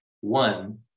one